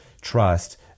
trust